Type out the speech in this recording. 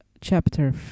Chapter